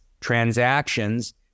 transactions